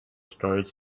storage